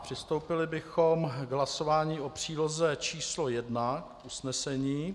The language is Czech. Přistoupili bychom k hlasování o příloze číslo 1 usnesení.